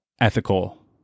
ethical